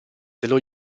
dello